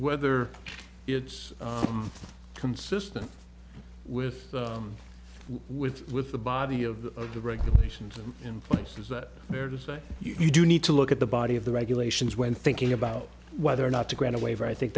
whether it's consistent with with with the body of the regulations in place is that fair to say you do need to look at the body of the regulations when thinking about whether or not to grant a waiver i think